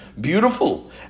Beautiful